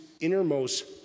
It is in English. innermost